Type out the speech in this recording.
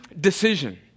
decision